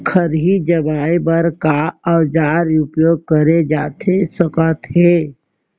खरही जमाए बर का औजार उपयोग करे जाथे सकत हे?